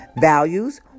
values